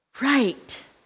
Right